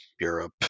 Europe